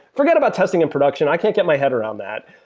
forget about testing and production. i can't get my head around that.